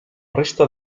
resta